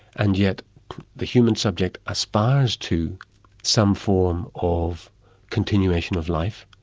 and yet the human subject aspires to some form of continuation of life,